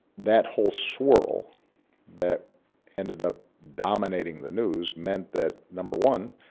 that whole swirl that ended up dominating the news meant that number one,